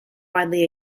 widely